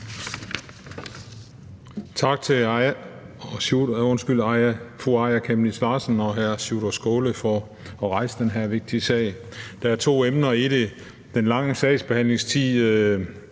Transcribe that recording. Tak til fru Aaja Chemnitz Larsen og hr. Sjúrður Skaale for at rejse den her vigtige sag. Der er to emner i det. Der er den lange sagsbehandlingstid